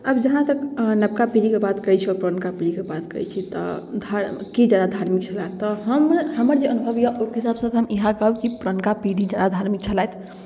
आब जहाँ तक नवका पीढ़ीके बात करैत छी आओर पुरनका पीढ़ीके बात करैत छी तऽ धार् की ज्यादा धार्मिक छलय तऽ हम हमर जे अनुभव यए ओहिके हिसाबसँ इएह कहब कि पुरनका पीढ़ी ज्यादा धार्मिक छलथि